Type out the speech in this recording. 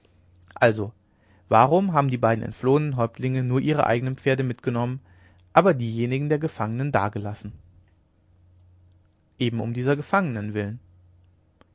also warum haben die beiden entflohenen häuptlinge nur ihre eigenen pferde mitgenommen aber diejenigen der gefangenen dagelassen eben um dieser gefangenen willen